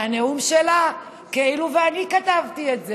מהנאום שלה, כאילו אני כתבתי את זה.